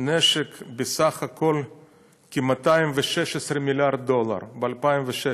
נשק בסך הכול בכ-216 מיליארד דולר, ב-2016,